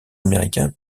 américain